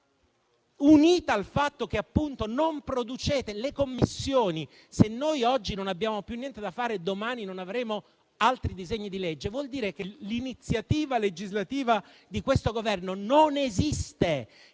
unita al fatto che, appunto, non producete nelle Commissioni. Se noi oggi non abbiamo più niente da fare e domani non avremo altri disegni di legge da esaminare, vuol dire che l'iniziativa legislativa di questo Governo non esiste,